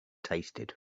tasted